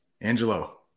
Angelo